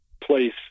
place